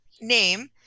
name